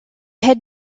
had